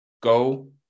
go